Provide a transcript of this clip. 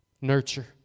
nurture